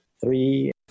three